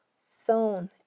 Sown